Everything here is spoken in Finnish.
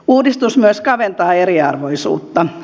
uudistus myös kaventaa eriarvoisuutta